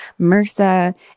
MRSA